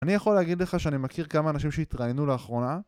אני יכול להגיד לך שאני מכיר כמה אנשים שהתראינו לאחרונה